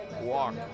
walk